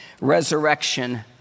resurrection